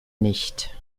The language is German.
nicht